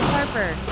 Harper